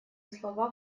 слова